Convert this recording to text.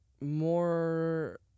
more